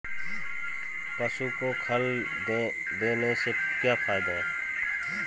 पशु को खल देने से क्या फायदे हैं?